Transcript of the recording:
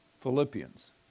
Philippians